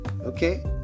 Okay